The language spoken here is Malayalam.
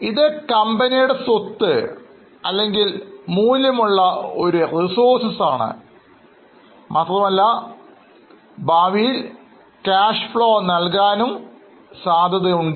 ഇത് കമ്പനിയുടെ സ്വത്ത് അല്ലെങ്കിൽ മൂല്യമുള്ള ഒരു റിസോഴ്സ് ആണ് മാത്രമല്ല ഭാവിയിൽ Cash Flow നൽകാനും സാധ്യതയുണ്ട്